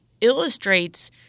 illustrates